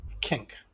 kink